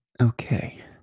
Okay